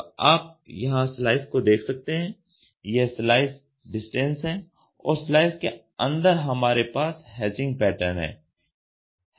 तो आप यहां स्लाइस को देख सकते हैं यह स्लाइस डिस्टेंस है और स्लाइस के अंदर हमारे पास हैचिंग पैटर्न हैं